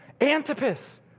antipas